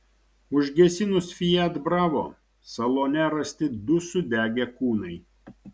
užgesinus fiat bravo salone rasti du sudegę kūnai